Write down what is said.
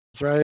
right